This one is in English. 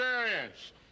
experience